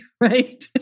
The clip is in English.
Right